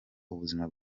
ubuzima